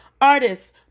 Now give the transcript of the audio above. artists